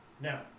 Now